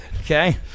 Okay